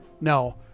No